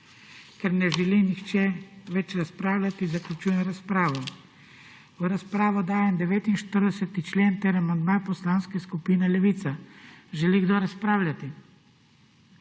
Ker ne želi nihče več razpravljati, zaključujem razpravo. V razpravo dajem 49. člen ter amandma Poslanske skupine Levica. Želi kdo razpravljati?